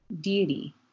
deity